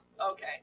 Okay